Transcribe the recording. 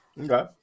Okay